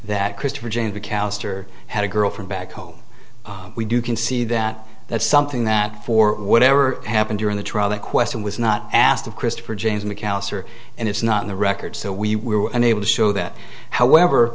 that christopher j and the caster had a girl from back home we do can see that that's something that for whatever happened during the trial that question was not asked of christopher james mcallister and it's not in the record so we were unable to show that however